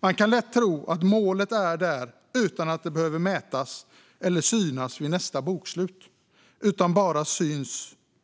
Man kan lätt tro att målet är där utan att det behöver mätas eller synas vid nästa bokslut - att det bara är där